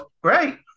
great